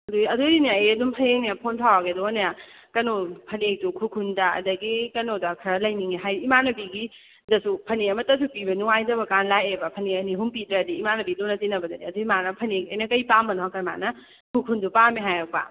ꯑꯗꯨꯏ ꯑꯗꯨꯒꯤꯅꯦ ꯑꯩ ꯑꯗꯨꯝ ꯍꯌꯦꯡꯅꯦ ꯐꯣꯟ ꯇꯧꯔꯛꯑꯒꯦ ꯑꯗꯨꯒꯅꯦ ꯀꯩꯅꯣ ꯐꯅꯦꯛꯇꯣ ꯈꯨꯔꯈꯨꯜꯗ ꯑꯗꯒꯤ ꯀꯩꯅꯣꯗ ꯈꯔ ꯂꯩꯅꯤꯡꯉꯦ ꯍꯥꯏꯗꯤ ꯏꯃꯥꯟꯅꯕꯤꯒꯤꯗꯁꯨ ꯐꯅꯦꯛ ꯑꯃꯇꯁꯨ ꯄꯤꯕ ꯅꯨꯡꯉꯥꯏꯇꯕꯀꯥꯟ ꯂꯥꯛꯑꯦꯕ ꯐꯅꯦꯛ ꯑꯅꯤ ꯑꯍꯨꯝ ꯄꯤꯗ꯭ꯔꯗꯤ ꯏꯃꯥꯟꯅꯕꯤ ꯂꯨꯅ ꯇꯤꯅꯕꯗꯅꯦ ꯑꯗꯨꯏ ꯃꯥꯅ ꯐꯅꯦꯛ ꯑꯩꯅ ꯀꯩ ꯄꯥꯝꯕꯅꯣ ꯍꯪꯀꯥꯟꯗ ꯃꯥꯅ ꯈꯨꯔꯈꯨꯜꯗꯨ ꯄꯥꯝꯃꯦ ꯍꯥꯏꯔꯛꯄ